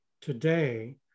today